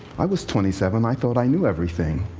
i was twenty seven. i thought i knew everything.